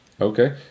Okay